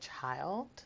child